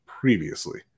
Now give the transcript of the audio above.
previously